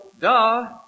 duh